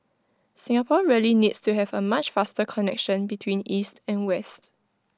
Singapore really needs to have A much faster connection between east and west